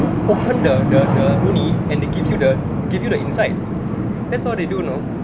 open the the the uni and they give you the they give you the insides that's all they do you know